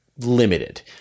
limited